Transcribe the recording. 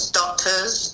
doctors